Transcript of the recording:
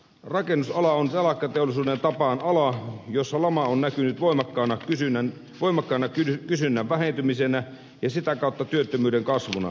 rakennusala on telakkateollisuuden tapaan ala jossa lama on näkynyt voimakkaana kysynnän vähentymisenä ja sitä kautta työttömyyden kasvuna